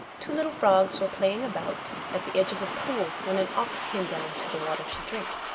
two little frogs were playing about at the edge of a pool when an ox came down to the water to drink,